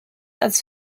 als